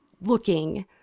looking